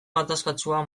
gatazkatsua